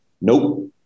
nope